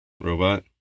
robot